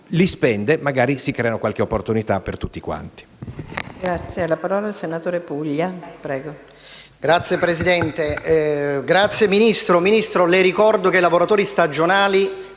li spende, magari si crea qualche opportunità per tutti.